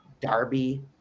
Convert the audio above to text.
Darby